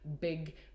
Big